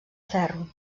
ferro